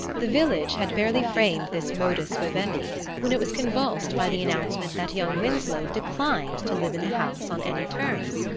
the village had barely framed this modus vivendi when it was convulsed by the announcement that young winsloe declined to live in the house on any terms.